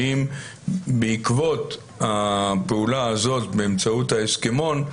האם בעקבות הפעולה הזאת באמצעות ההסכמון,